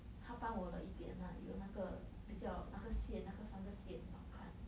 他帮了我一点 lah 有那个比较那个线那个三个线很好看